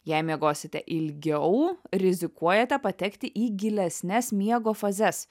jei miegosite ilgiau rizikuojate patekti į gilesnes miego fazes